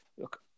Look